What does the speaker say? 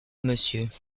monsieur